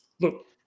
Look